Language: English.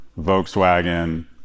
Volkswagen